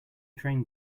train